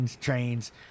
trains